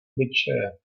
obličeje